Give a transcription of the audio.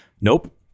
Nope